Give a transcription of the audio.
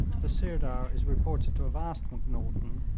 the sirdar is reported to have asked macnaghten,